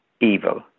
evil